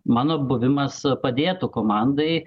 mano buvimas padėtų komandai